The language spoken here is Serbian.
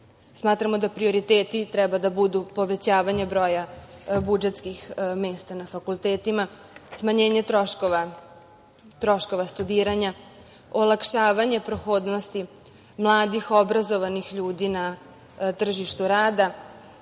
da prioriteti treba da budu povećavanje budžetskih mesta na fakultetima, smanjenje troškova studiranja, olakšavanje prohodnosti mladih, obrazovanih ljudi na tržištu rada,